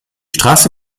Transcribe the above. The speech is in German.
straße